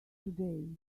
today